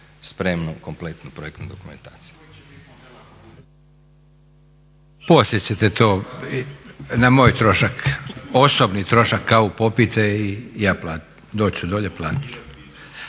spremnu kompletnu projektnu dokumentaciju.